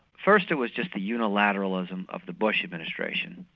first it was just the unilateralism of the bush administration,